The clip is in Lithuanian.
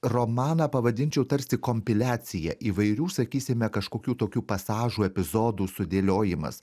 romaną pavadinčiau tarsi kompiliacija įvairių sakysime kažkokių tokių pasažų epizodų sudėliojimas